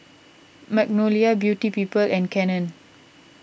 Magnolia Beauty People and Canon